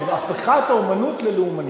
הפיכת האמנות ללאומנית,